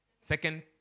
Second